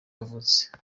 yavutse